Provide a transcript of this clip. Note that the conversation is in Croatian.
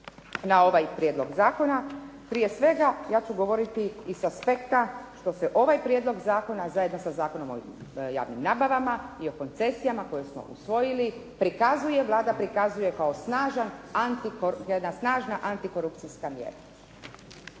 na ovaj prijedlog zakona. Prije svega, ja ću govoriti iz aspekta što se ovaj prijedlog zakona zajedno sa Zakonom o javnim nabavama i o koncesijama koje smo usvojili Vlada prikazuje kao jedna snažna antikorupcijska mjera.